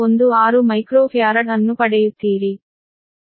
01216 microfarad ಅನ್ನು ಪಡೆಯುತ್ತೀರಿ